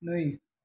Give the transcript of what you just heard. नै